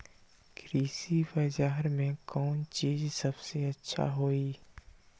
कृषि बजार में कौन चीज सबसे अच्छा होई?